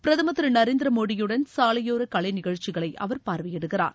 பிரதமர் திரு நரேந்திர மோடியுடன் சாலையோர கலை நிகழ்ச்சிகளை அவர் பார்வையிடுகிறார்